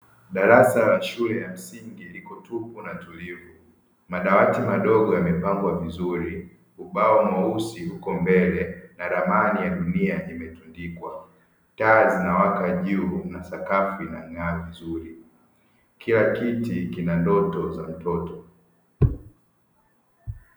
Darasa la shule ya msingi lipo tupu na tulivu, madawati madogo yamepangwa vizuri, ubao mweusi uko mbele na ramani ya dunia imetundikwa, taa zimewekwa juu na sakafu inang’aa vizuri kila kiti kina ndoto za mtoto.